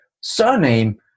surname